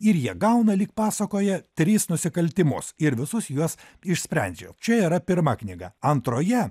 ir jie gauna lyg pasakoje tris nusikaltimus ir visus juos išsprendžia čia yra pirma knyga antroje